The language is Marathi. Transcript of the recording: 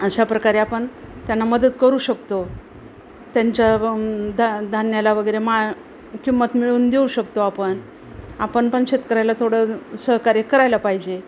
अशा प्रकारे आपण त्यांना मदत करू शकतो त्यांच्या ध धान्याला वगैरे मा किंमत मिळवून देऊ शकतो आपण आपण पण शेतकऱ्याला थोडं सहकार्य करायला पाहिजे